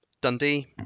Dundee